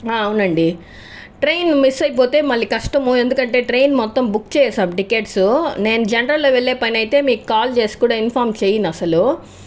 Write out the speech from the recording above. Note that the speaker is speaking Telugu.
ఆ అవునండి ట్రైన్ మిస్ అయిపోతే మళ్ళీ కష్టము ఎందుకంటే ట్రైన్ మొత్తం బుక్ చేశాం టికెట్సు నేను జన్రల్లో వెళ్ళే పనైతే మీకు కాల్ చేసి కూడా ఇన్ఫామ్ చేయను అసలు